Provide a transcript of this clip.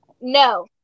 No